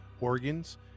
organs